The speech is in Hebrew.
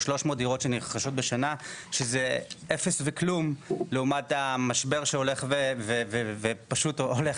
300 דירות שנרכשות בשנה שזה אפס וכלום לעומת המשבר שהולך ופשוט הולך